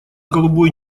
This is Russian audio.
голубой